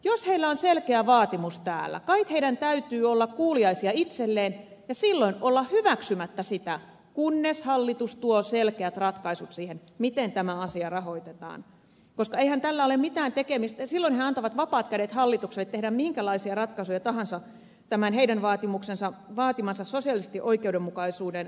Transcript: jos heillä on selkeä vaatimus täällä kait heidän täytyy olla kuuliaisia itselleen ja silloin olla hyväksymättä sitä kunnes hallitus tuo selkeät ratkaisut siihen miten tämä asia rahoitetaan koska eihän täällä ole mitään tekemistä silloin he antavat vapaat kädet hallitukselle tehdä minkälaisia ratkaisuja tahansa tämän heidän vaatimansa sosiaalisen oikeudenmukaisuuden periaatteen mukaan